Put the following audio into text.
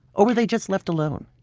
or were they just left alone?